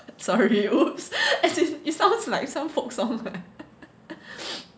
sorry !oops! as if it sounds like some folk song